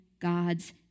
God's